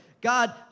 God